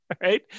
right